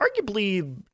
arguably